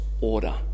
order